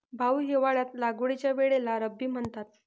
भाऊ, हिवाळ्यात लागवडीच्या वेळेला रब्बी म्हणतात